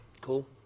cool